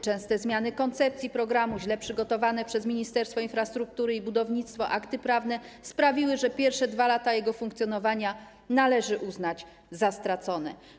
Częste zmiany koncepcji programu, źle przygotowane przez Ministerstwo Infrastruktury i Budownictwa akty prawne sprawiły, że pierwsze 2 lata jego funkcjonowania należy uznać za stracone.